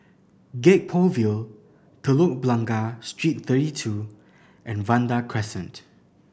Gek Poh Ville Telok Blangah Street Thirty Two and Vanda Crescent